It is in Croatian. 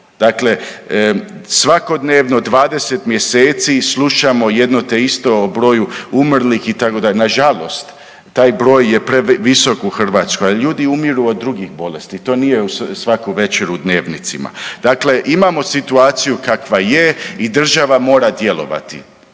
Dakle, svakodnevno 20 mjeseci slušamo jedno te isto o broju umrlih itd., nažalost taj broj je previsok u Hrvatskoj, ali ljudi umiru od drugih bolesti, to nije svaku večer u dnevnicima. Dakle, imamo situaciju kakva je i država mora djelovati.